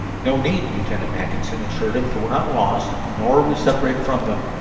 no need, lieutenant mackinson assured him, for we are not lost, nor are we separated from them.